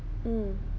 mm